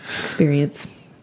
experience